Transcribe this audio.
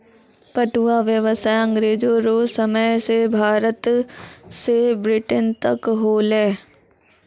पटुआ व्यसाय अँग्रेजो रो समय से भारत से ब्रिटेन तक होलै